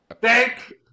Thank